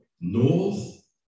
north